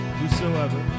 Whosoever